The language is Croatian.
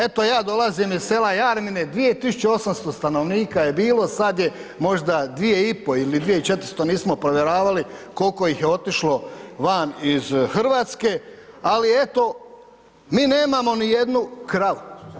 Eto ja dolazim iz sela Jarmine, 2800 stanovnika je bilo, sad je možda 2500 ili 2400, nismo provjeravali koliko ih je otišlo van iz Hrvatske ali eto, mi nemamo nijednu kravu.